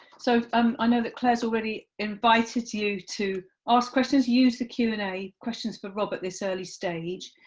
so um and that claire has already invited you to ask questions, use the q and a, questions for rob at this early stage,